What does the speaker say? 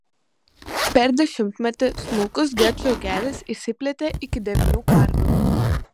per dešimtmetį smulkus gečų ūkelis išsiplėtė iki devynių karvių